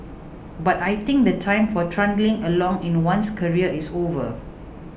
but I think the time for trundling along in one's career is over